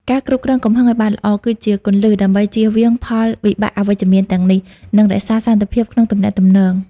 ការគ្រប់គ្រងកំហឹងឱ្យបានល្អ គឺជាគន្លឹះដើម្បីជៀសវាងផលវិបាកអវិជ្ជមានទាំងនេះ និងរក្សាសន្តិភាពក្នុងទំនាក់ទំនង។